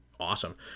awesome